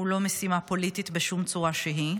היא לא משימה פוליטית בשום צורה שהיא.